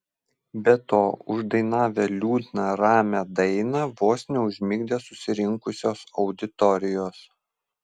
be to uždainavę liūdną ramią dainą vos neužmigdė susirinkusios auditorijos